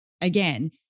Again